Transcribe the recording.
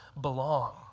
belong